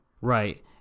Right